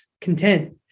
content